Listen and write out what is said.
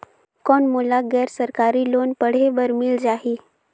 कौन मोला गैर सरकारी लोन पढ़े बर मिल जाहि?